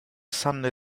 sunday